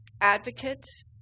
advocates